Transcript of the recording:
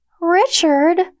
Richard